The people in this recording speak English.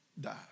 die